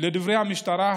לדברי המשטרה,